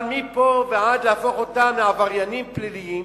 אבל מפה ועד להפוך אותם לעבריינים פליליים?